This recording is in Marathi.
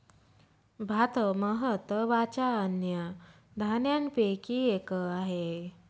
भात महत्त्वाच्या अन्नधान्यापैकी एक आहे